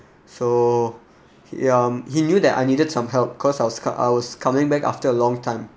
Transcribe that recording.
so ya he knew that I needed some help cause I was I was coming back after a long time